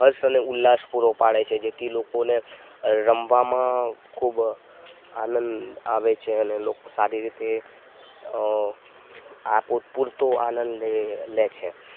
હર્ષ અને ઉલ્લાસ પૂરો પાડે છે જેથી લોકોને રમવામાં ખૂબ આનંદ આવે છે અને સારી રીતે પૂરતો આનંદ લે છે